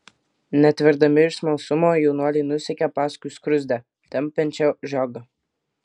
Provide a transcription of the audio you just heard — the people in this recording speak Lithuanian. netverdami iš smalsumo jaunuoliai nusekė paskui skruzdę tempiančią žiogą